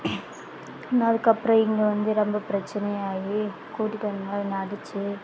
அதுக்கப்புறம் இங்கே வந்து ரொம்ப ப்ரச்சனையாக ஆயி கூட்டிகிட்டு வந்து எல்லாம் என்ன அடிச்சு